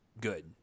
good